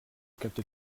capte